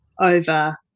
over